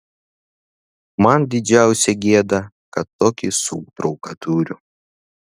man didžiausia gėda kad tokį sūtrauką turiu